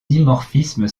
dimorphisme